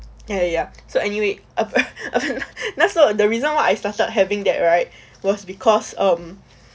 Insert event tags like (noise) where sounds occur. ya ya ya so anyway (laughs) 那时候 the reason why I started having that right was because um